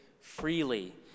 freely